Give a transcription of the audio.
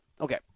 Okay